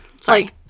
Sorry